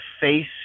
face